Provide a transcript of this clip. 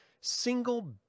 single